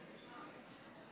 34 בעד, 41 נגד, אין